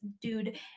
dude